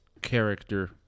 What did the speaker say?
character